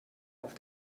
auf